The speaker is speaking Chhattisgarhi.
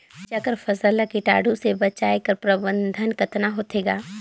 मिरचा कर फसल ला कीटाणु से बचाय कर प्रबंधन कतना होथे ग?